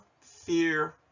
fear